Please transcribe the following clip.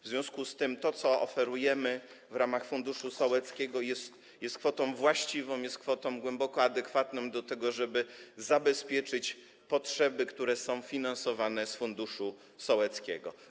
W związku z tym to, co oferujemy w ramach funduszu sołeckiego, jest kwotą właściwą, jest kwotą głęboko adekwatną do tego, żeby zabezpieczyć potrzeby, które są finansowane z funduszu sołeckiego.